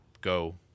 go